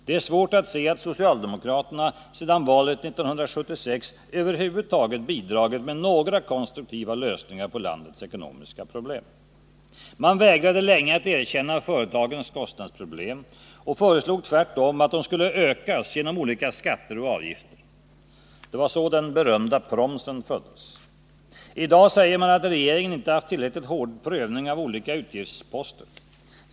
Det är svårt att se att socialdemokraterna sedan valet 1976 över huvud taget bidragit med några konstruktiva lösningar på landets ekonomiska problem. Man vägrade länge att erkänna företagens kostnadsproblem och föreslog tvärtom att de skulle ökas genom olika skatter och avgifter. Det var så den berömda promsen föddes. I dag säger man att regeringen inte haft tillräckligt hård prövning av olika utgiftsposter.